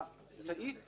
הסעיף